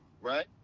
Right